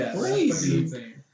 crazy